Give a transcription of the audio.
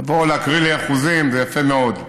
להקריא לי אחוזים זה יפה מאוד.